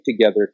together